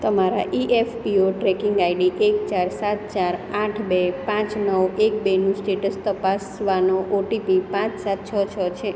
તમારા EFPO tracking ID એક ચાર સાત ચાર આઠ બે પાંચ નવ એક બેનું સ્ટેટસ તપાસવાનો ઓટીપી પાંચ સાત છ છ છે